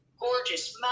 gorgeous